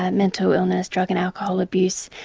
ah mental illness, drug and alcohol abuse.